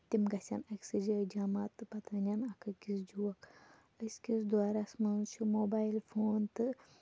تِم گژھن أکسی جایہِ جمع تہٕ پَتہٕ وَنَن اکھ أکِس جوک أزکِس دورَس منٛز چھِ موبایِل فون تہٕ